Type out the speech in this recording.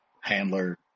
Handler